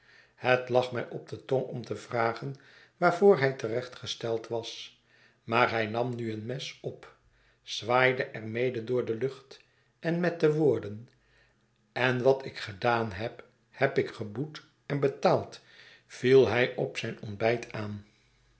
het lag mij op de tong om te vragen waarvoor hij terechtgesteld was maar hij nam nu een mes op zwaaide er mede door de lucht en met de woorden en wat ik gedaan heb heb ik geboet en betaald viel hij op zijn ontbijt aan